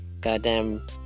goddamn